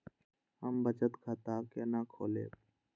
हम बचत खाता केना खोलैब?